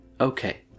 Okay